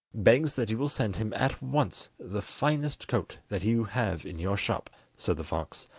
begs that you will send him at once the finest coat that you have in your shop said the fox,